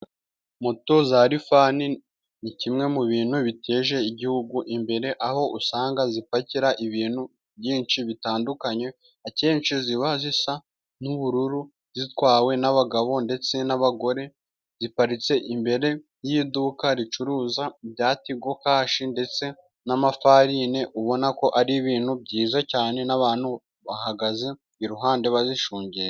Moto za rifani ni kimwe mu bintu biteje igihugu imbere aho usanga zipakira ibintu byinshi bitandukanye, akenshi ziba zisa n'ubururu zitwawe n'abagabo ndetse n'abagore ziparitse imbere y'iduka ricuruza ibya tigo kashi ndetse n'amafarine, ubona ko ari ibintu byiza cyane n'abantu bahagaze iruhande bazishungereye.